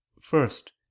first